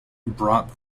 brought